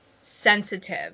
sensitive